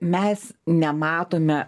mes nematome